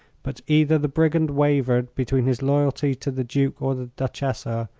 but either the brigand wavered between his loyalty to the duke or the duchessa,